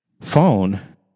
phone